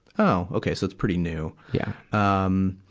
oh. okay, so it's pretty new. yeah um